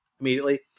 immediately